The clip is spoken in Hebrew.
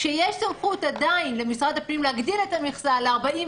כשיש סמכות עדיין למשרד הפנים להגדיל את המכסה ל-45%,